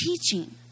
teaching